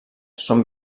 són